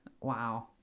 Wow